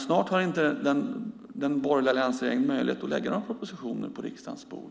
Snart har inte den borgerliga regeringen möjlighet att lägga några propositioner på riksdagens bord.